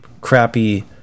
crappy